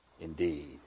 indeed